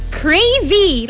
crazy